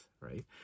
Right